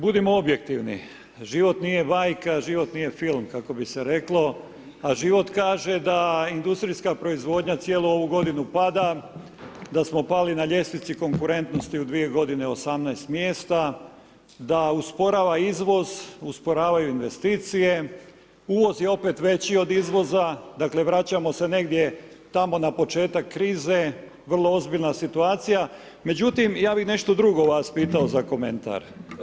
Budimo objektivni, život nije bajka, život nije film, kako bi se reklo, a život kaže da industrijska proizvodnja cijelu ovu godinu pada, da smo pali na ljestvici konkurentnosti u dvije godine 18 mjesta, da usporava izvoz, usporavaju investicije, uvoz je opet veći od izvoza, dakle vraćamo se negdje tamo na početak krize, vrlo ozbiljna situacija, međutim ja bih nešto drugo vas pitao za komentar.